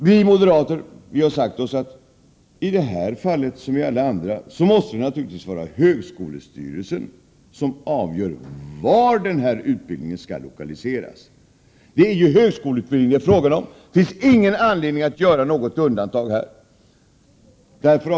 Vi moderater har sagt oss att det i det här fallet som i alla andra naturligtvis måste vara högskolestyrelserna som avgör var denna utbildning skall lokaliseras. Det finns ingen anledning att göra något undantag här.